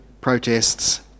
protests